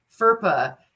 FERPA